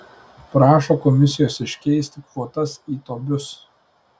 prašo komisijos iškeisti kvotas į tobius